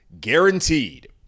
guaranteed